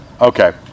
okay